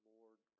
Lord